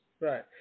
Right